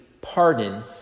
pardon